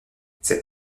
cette